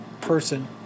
person